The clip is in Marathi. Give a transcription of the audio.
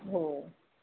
हो